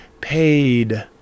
paid